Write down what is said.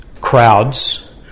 crowds